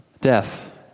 Death